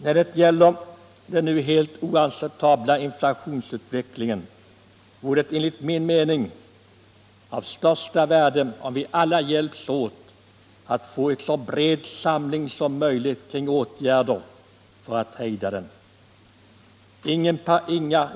När det gäller den nu helt oacceptabla inflationsutvecklingen vore det enligt min mening av största värde om vi alla hjälptes åt att få en så bred samling som möjligt kring åtgärder för att hejda den.